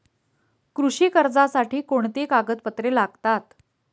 कृषी कर्जासाठी कोणती कागदपत्रे लागतात?